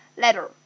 LETTER